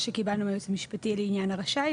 שקיבלנו מהיועץ המשפטי לעניין הרשאי,